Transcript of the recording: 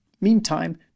Meantime